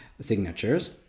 signatures